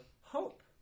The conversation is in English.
hope